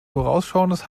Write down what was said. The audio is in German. vorausschauendes